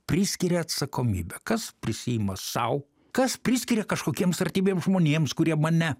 priskiria atsakomybę kas prisiima sau kas priskiria kažkokiems artimiems žmonėms kurie mane